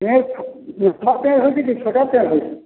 हय बड़ा पेड़ होइ छै कि छोटा पेड़ होइ छै